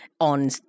on